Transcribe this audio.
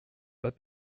pas